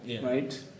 right